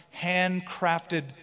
handcrafted